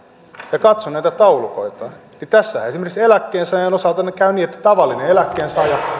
ja katson näitä taulukoita niin tässähän esimerkiksi eläkkeensaajan osalta käy niin että tavallinen eläkkeensaaja